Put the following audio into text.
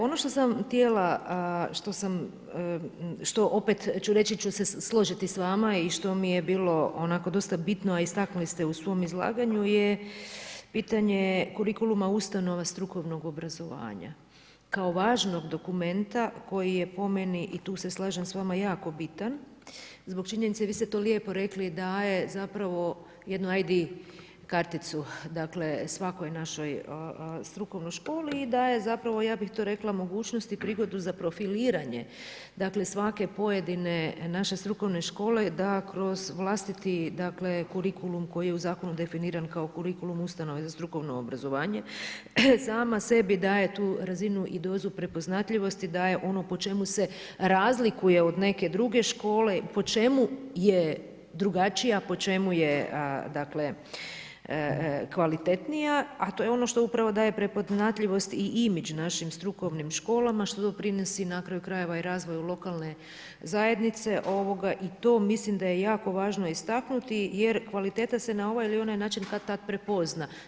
Ono što sam htjela, što opet ću se složiti s vama i što mi je bilo dosta bitno, a istaknuli ste u svoj izlaganju je pitanje kurikuluma ustanova strukovnog obrazovanja kao važnog dokumenta koji je po meni, i tu se slažem s vama, jako bitan, zbog činjenice, vi ste to lijepo rekli daje zapravo jednu ID karticu svakoj našoj strukovnoj školi i daje zapravo, ja bih to rekla, mogućnost i prigodu za profiliranje svake pojedine naše strukovne škole da kroz vlastiti kurikulum koji je u zakonu definiran kao kurikulum ustanove za strukovno obrazovanje, sama sebi daje tu razinu i dozu prepoznatljivosti, daje ono po čemu se razlikuje od neke druge škole, po čemu je drugačija, a po čemu je kvalitetnija, a to je upravo ono što daje prepoznatljivost i imidž našim strukovnim školama, što doprinosi, na kraju krajeva i razvoju lokalne zajednice i to mislim da je jako važno istaknuti jer kvaliteta se na ovaj ili onaj način kad-tad prepozna.